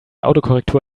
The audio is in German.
autokorrektur